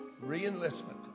Re-enlistment